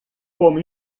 como